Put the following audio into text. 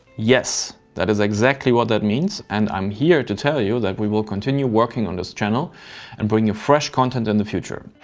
yes, that is exactly what that means and i'm here to tell you that we will continue working on this channel and bring you fresh content in the future.